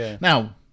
Now